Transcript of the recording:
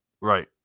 Right